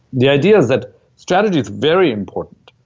the idea is that strategy is very important,